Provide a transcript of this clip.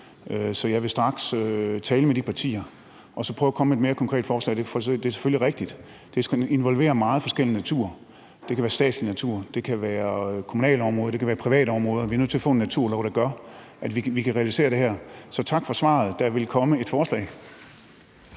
Så jeg vil straks tale med de partier og prøve at komme med et mere konkret forslag. Det er selvfølgelig rigtigt, det skal involvere meget forskellig natur – det kan være statslig natur, det kan være kommunale områder, det kan være private områder. Vi er nødt til at få en naturlov, der gør, at vi kan realisere det her. Så tak for svaret. Der vil komme et forslag.